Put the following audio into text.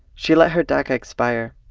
she let her daca expire.